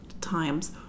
times